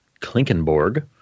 Klinkenborg